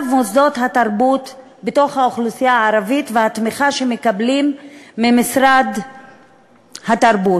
מוסדות התרבות באוכלוסייה הערבית והתמיכה שהם מקבלים ממשרד התרבות.